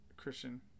christian